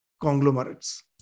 conglomerates